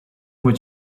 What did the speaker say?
what